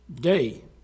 day